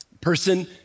Person